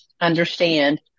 understand